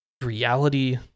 reality